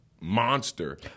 monster